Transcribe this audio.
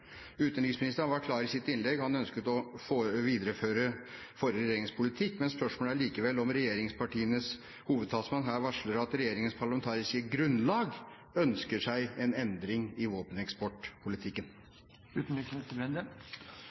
Utenriksministeren var klar i sitt innlegg. Han ønsker å videreføre den forrige regjeringens politikk. Men spørsmålet er likevel om regjeringspartienes hovedtalsmann her varsler at regjeringens parlamentariske grunnlag ønsker seg en endring i våpeneksportpolitikken.